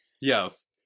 Yes